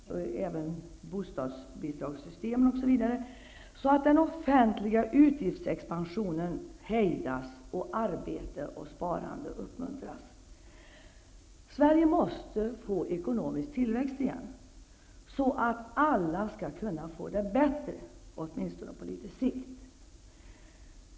Det handlar även om t.ex. bostadsbidragssystemen. Det gäller att hejda den offentliga utgiftsexpansionen och att uppmuntra arbete och sparande. Sverige måste få ekonomisk tillväxt igen, så att alla kan få det bättre -- åtminstone på litet sikt.